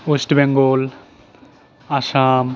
West Bengal Assam